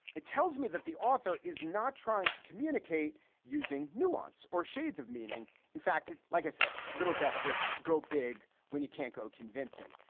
it tells me that the author is not trying to communicate using nuance or shades of meaning. in fact, like i said, little desperate. go big. when you can't go convincing.